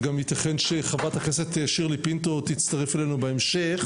גם ייתכן שחברת הכנסת שירלי פינטו קדוש תצטרף אלינו בהמשך